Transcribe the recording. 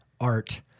art